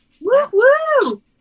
Woo-woo